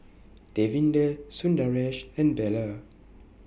Davinder Sundaresh and Bellur